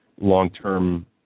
long-term